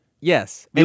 Yes